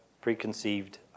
preconceived